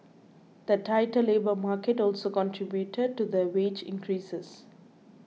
the tighter labour market also contributed to the wage increases